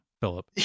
Philip